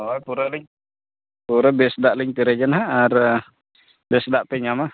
ᱦᱳᱭ ᱯᱩᱨᱟᱹᱞᱤᱧ ᱯᱩᱨᱟᱹ ᱵᱮᱥ ᱫᱟᱜ ᱞᱤᱧ ᱯᱮᱨᱮᱡᱟ ᱱᱟᱦᱟᱜ ᱟᱨ ᱵᱮᱥ ᱫᱟᱜ ᱯᱮ ᱧᱟᱢᱟ